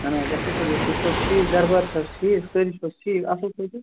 اہن حظ اصٕل پٲٹھۍ حظ تُہۍ چھُو حظ ٹھیٖک گَر بار چھا حظ ٹھیٖک سٲری چھُو حظ ٹھیٖک اصٕل پٲٹھۍ حظ